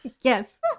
Yes